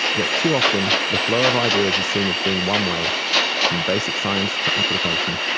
yet too often, the flow of ideas is seen as being one way from basic science to application.